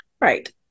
right